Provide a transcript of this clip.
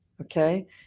okay